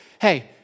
hey